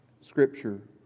Scripture